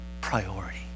priority